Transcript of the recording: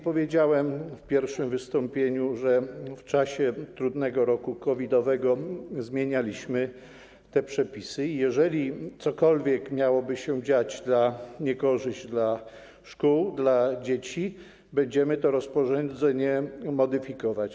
Powiedziałem w pierwszym wystąpieniu, że w czasie trudnego roku COVID-owego zmienialiśmy te przepisy i jeżeli cokolwiek miałoby się dziać dla niekorzyść szkół i dzieci, będziemy to rozporządzenie modyfikować.